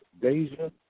Deja